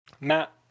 Matt